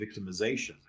victimization